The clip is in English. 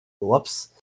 whoops